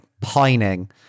pining